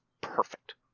perfect